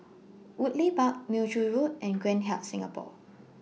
Woodleigh Park Neo Tiew Road and Grand Hyatt Singapore